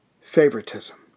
favoritism